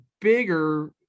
bigger